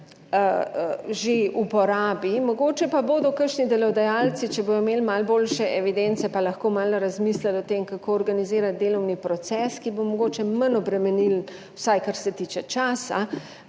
že uporabi. Mogoče pa bodo kakšni delodajalci, če bodo imeli malo boljše evidence, pa lahko malo razmislili o tem, kako organizirati delovni proces, ki bo mogoče manj obremenilen, vsaj kar se tiče časa,